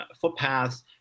footpaths